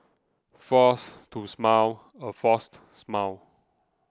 force to smile a forced smile